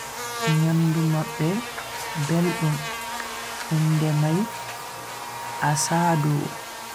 Nyamdu mabbe beldum, inde nyamdu mai asado.